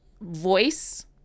voice